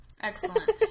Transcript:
Excellent